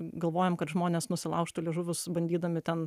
galvojom kad žmonės nusilaužtų liežuvius bandydami ten